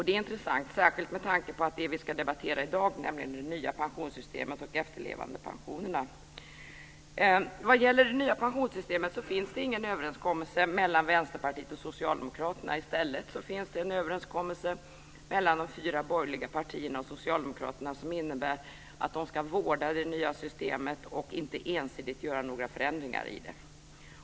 Det är intressant särskilt med tanke på det vi ska debattera i dag, nämligen det nya pensionssystemet och efterlevandepensionerna. Vad gäller det nya pensionsssystemet finns det ingen överenskommelse mellan Vänsterpartiet och Socialdemokraterna. I stället finns det en överenskommelse mellan de fyra borgerliga partierna och Socialdemokraterna som innebär att de ska vårda det nya systemet och inte ensidigt göra några förändringar i det.